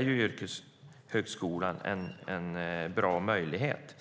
Yrkeshögskolan erbjuder då en bra möjlighet.